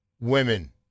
women